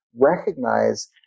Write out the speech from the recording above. recognize